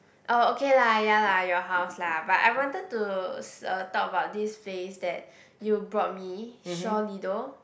oh okay lah ya lah your house lah but I wanted to s~ talk about this place that you brought me Shaw Lido